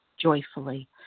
joyfully